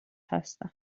هستند